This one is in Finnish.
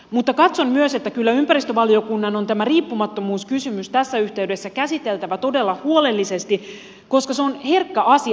mutta katson myös että kyllä ympäristövaliokunnan on tämä riippumattomuuskysymys tässä yhteydessä käsiteltävä todella huolellisesti koska se on herkkä asia